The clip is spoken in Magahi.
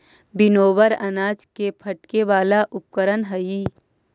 विनोवर अनाज के फटके वाला उपकरण हई